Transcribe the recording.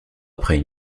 après